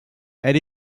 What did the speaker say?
elle